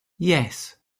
yes